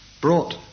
brought